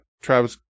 Travis